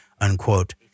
unquote